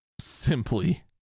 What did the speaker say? simply